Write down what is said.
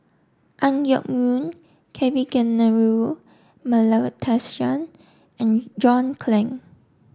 Ang Yoke Mooi Kavignareru Amallathasan and John Clang